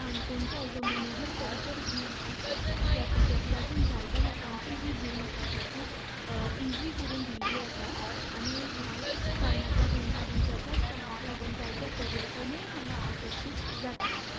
काणकोणचो जो मनोहर पर्रीकर ब्रिज आसा त्या ब्रिजाक लागून जायत्या लोकांची जी जीण आसा ती खूब ईजी करून दिल्ली आसा आनी ह्याच कारणाक लागून ह्या ब्रिजाच्याच कारणाक लागून जायतें पर्यटनूय हांगा आकर्शीत जाता